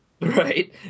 right